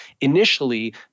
initially